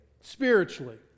spiritually